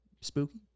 Spooky